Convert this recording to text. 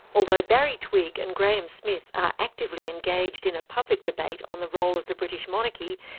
although barry twigg and graham smith are actively engaged in a public debate on the role of the british monarchy,